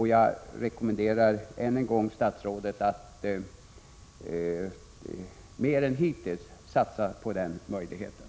Jag rekommenderar än en gång statsrådet att mer än hittills satsa på den möjligheten.